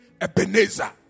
Ebenezer